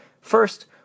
First